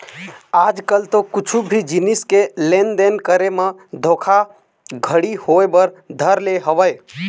आज कल तो कुछु भी जिनिस के लेन देन करे म धोखा घड़ी होय बर धर ले हवय